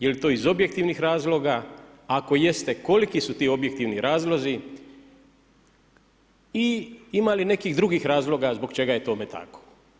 Jel to iz objektivnih razloga, ako jeste koliki su ti objektivni razlozi i ima li nekih drugih razloga zbog čega je tome tako?